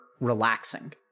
relaxing